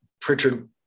Pritchard